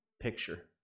picture